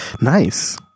Nice